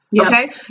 Okay